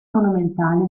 monumentale